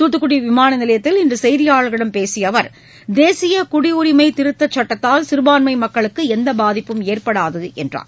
துத்துக்குடி விமான நிலைத்தில் இன்று செய்தியாளரிடம் பேசிய அவர் தேசிய குடியுரிமை திருத்தச் சட்டத்தால் சிறுபான்மை மக்களுக்கு எந்த பாதிப்பு ஏற்படாது என்று கூறினார்